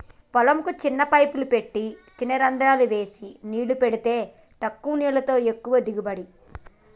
పొలం కు చిన్న పైపులు పెట్టి చిన రంద్రాలు చేసి నీళ్లు పెడితే తక్కువ నీళ్లతో ఎక్కువ దిగుబడి